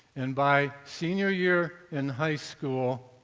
and by senior year in high school,